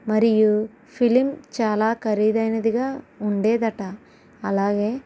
మరియు ఫిలిం చాలా ఖరీదైనదిగా ఉండేది అట అలాగే